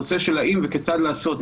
הנושא של אם וכיצד לעשות,